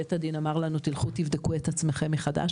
שבית הדין אמר לנו לכו תבדקו את עצמכם מחדש,